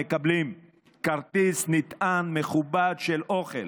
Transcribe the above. ומקבלים כרטיס נטען מכובד של אוכל.